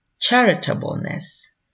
charitableness